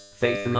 faith